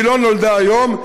שלא נולדה היום,